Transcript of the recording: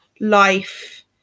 life